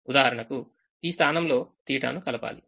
ఉదాహరణకు ఈ స్థానంలో తీట θ ను కలపాలి